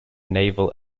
naval